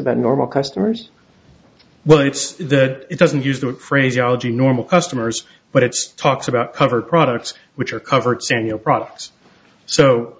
about normal customers well it's that it doesn't use that phraseology normal customers but it's talks about covered products which are covered saniel products so